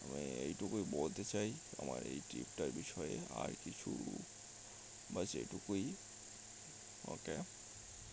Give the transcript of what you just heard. আমি এইটুকুই বলতে চাই আমার এই ট্রিপটার বিষয়ে আর কিছু বাস এটুকুই ও ক্য